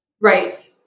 Right